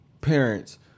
parents